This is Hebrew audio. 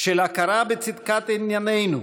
של הכרה בצדקת ענייננו,